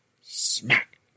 smack